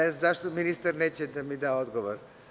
Ne znam zašto ministar neće da mi da odgovor.